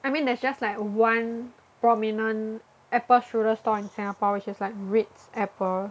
I mean there's just like one prominent apple strudel store in Singapore which is like Ritz Apple